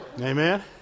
Amen